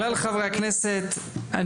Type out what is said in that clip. חברי הכנסת,